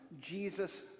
Jesus